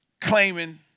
claiming